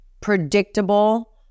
predictable